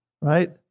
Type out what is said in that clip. right